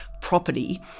property